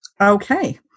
Okay